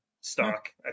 stock